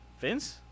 Vince